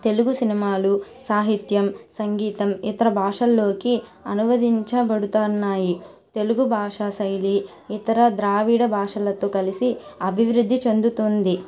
తెలుగు సినిమాలు సాహిత్యం సంగీతం ఇతర భాషల్లోకి అనువదించబడుతున్నాయి తెలుగు భాషా శైలి ఇతర ద్రావిడ భాషలతో కలిసి అభివృద్ధి చెందుతుంది